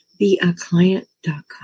beaclient.com